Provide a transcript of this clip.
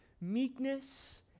Meekness